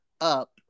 up